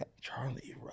Charlie